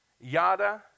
Yada